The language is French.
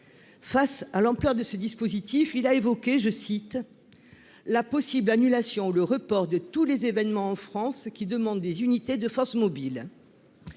face à l'ampleur de ce dispositif, il a évoqué je cite la possible annulation ou le report de tous les événements en France qui demandent des unités de forces mobiles